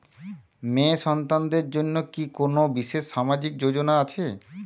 মেয়ে সন্তানদের জন্য কি কোন বিশেষ সামাজিক যোজনা আছে?